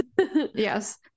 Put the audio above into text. Yes